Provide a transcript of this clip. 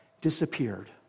disappeared